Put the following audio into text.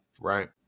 Right